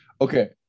Okay